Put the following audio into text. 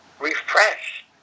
refresh